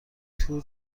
تور